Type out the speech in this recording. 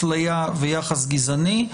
הפליה ויחס גזעני,